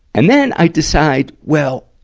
and then, i decide, well,